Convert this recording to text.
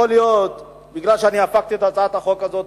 יכול להיות שמכיוון שהפכתי את הצעת החוק הזאת